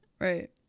right